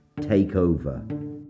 Takeover